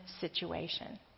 situation